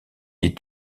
est